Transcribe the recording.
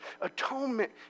atonement